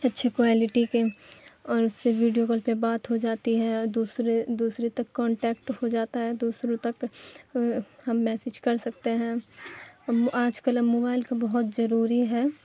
اچھے کوالٹی کے اور اس سے ویڈیو کال پہ بات ہو جاتی ہے اور دوسرے دوسرے تک کانٹیکٹ ہو جاتا ہے دوسروں تک ہم میسیج کر سکتے ہیں آج کل موبائل کا بہت ضروری ہے